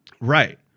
right